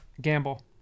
Gamble